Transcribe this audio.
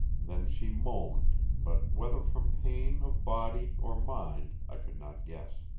then she moaned, but whether from pain of body or mind i could not guess.